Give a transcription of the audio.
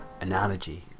analogy